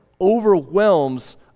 overwhelms